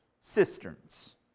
cisterns